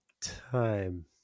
time